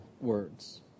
words